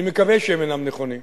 אני מקווה שהם אינם נכונים,